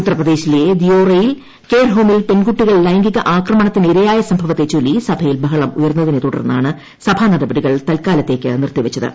ഉത്തർപ്രദേശിലെ ദിയോറയിൽ കെയർഹോമിൽ പെൺകുട്ടികൾ ലൈംഗിക ആക്രമണത്തിന് ഇരയായ സംഭവത്തെച്ചൊല്പി സഭിയിൽ ബഹളം ഉയർന്നതിനെ തുടർന്നാണ് സഭാ നടപടികൾ തൽക്കാലത്തേക്ക് നിർത്തിവച്ചത്